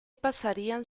pasarían